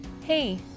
Hey